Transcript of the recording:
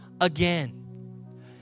again